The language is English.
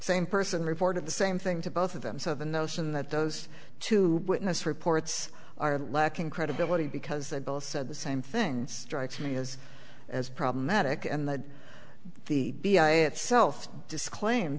same person reported the same thing to both of them so the notion that those two witness reports are lacking credibility because they both said the same thing strikes me as as problematic and that the b i itself disclaim